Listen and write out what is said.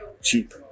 Cheap